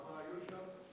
כמה היו שם?